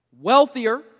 wealthier